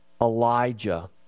Elijah